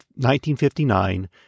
1959